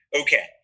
Okay